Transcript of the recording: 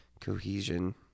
cohesion